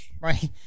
right